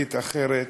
מזווית אחרת,